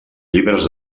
llibres